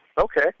Okay